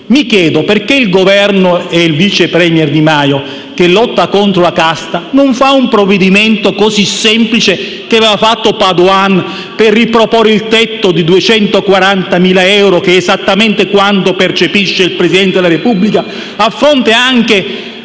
Mi chiedo perché il Governo e il vice *premier* Di Maio, che lotta contro la casta, non facciano un provvedimento, così semplice che lo ha fatto Padoan, per riproporre il tetto di 240.000 euro, che è esattamente quanto percepisce il Presidente della Repubblica, a fronte anche